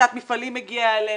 קריסת מפעלים מגיעה אלינו,